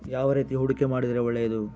ಯಾವ ರೇತಿ ಹೂಡಿಕೆ ಮಾಡಿದ್ರೆ ಒಳ್ಳೆಯದು?